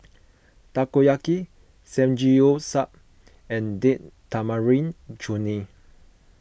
Takoyaki Samgeyopsal and Date Tamarind Chutney